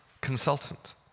consultant